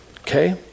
Okay